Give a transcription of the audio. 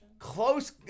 Close